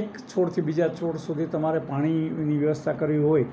એક છોડથી બીજા છોડ સુધી તમારે પાણીની વ્યવસ્થા કરવી હોય